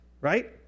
right